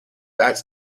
arts